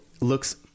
looks